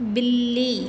बिल्ली